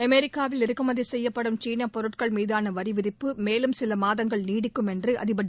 அமெரிக்காவில் இறக்குமதி செய்யப்படும் சீன பொருட்கள் மீதான வரிவிதிப்பு மேலும் சில மாதங்கள் நீடிக்கும் என்று அதிபர் திரு